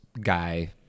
guy